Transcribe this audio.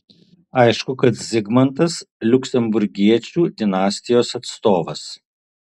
aišku kad zigmantas liuksemburgiečių dinastijos atstovas